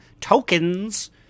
tokens